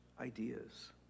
ideas